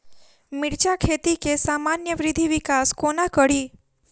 मिर्चा खेती केँ सामान्य वृद्धि विकास कोना करि?